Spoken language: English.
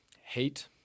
Hate